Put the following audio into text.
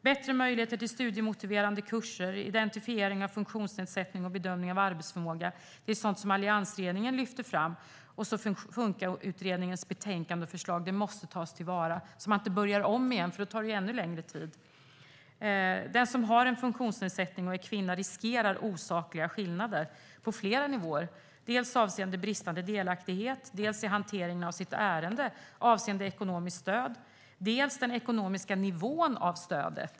Bättre möjligheter till studiemotiverande kurser, identifiering av funktionsnedsättning och bedömning av arbetsförmåga var sådant som alliansregeringen lyfte fram. Funkautredningens betänkande och förslag måste tas till vara så att man inte börjar om igen, för då tar det ännu längre tid. Den som har en funktionsnedsättning och är kvinna riskerar osakliga skillnader på flera nivåer, dels avseende bristande delaktighet, dels i hanteringen av sitt ärende avseende ekonomiskt stöd, dels den ekonomiska nivån på stödet.